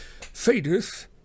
fadeth